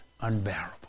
unbearable